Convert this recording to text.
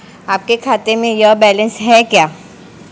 आपके खाते में यह बैलेंस है क्या?